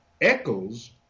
echoes